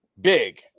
big